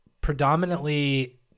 predominantly